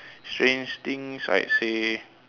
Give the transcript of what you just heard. strange things I'd say